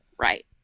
right